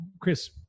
Chris